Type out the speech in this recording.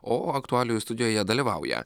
o aktualijų studijoje dalyvauja